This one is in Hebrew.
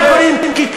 ארגונים,